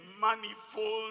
manifold